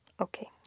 Okay